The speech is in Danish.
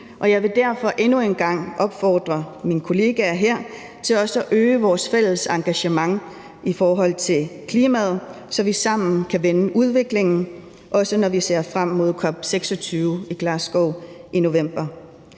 jeg vil derfor endnu en gang opfordre mine kollegaer her til også at øge vores fælles engagement i forhold til klimaet, så vi sammen kan vende udviklingen, også når vi ser frem mod COP26 i Glasgow i november.